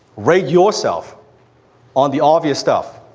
rate yourself on the obvious stuff.